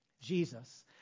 Jesus